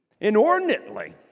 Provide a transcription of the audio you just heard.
inordinately